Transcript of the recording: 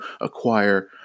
acquire